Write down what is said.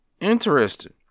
interesting